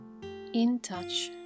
InTouch